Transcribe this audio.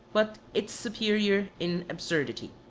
but its superior in absurdity.